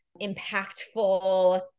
impactful